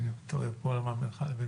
אני מתבלבל כל הזמן בינך לבין גל.